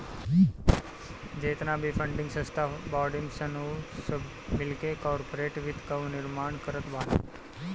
जेतना भी फंडिंग संस्था बाड़ीन सन उ सब मिलके कार्पोरेट वित्त कअ निर्माण करत बानी